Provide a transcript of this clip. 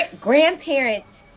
grandparents